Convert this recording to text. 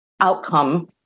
outcome